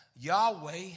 Yahweh